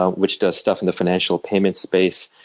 um which does stuff in the financial payment space.